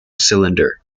cylinder